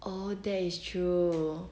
oh that is true